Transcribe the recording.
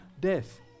death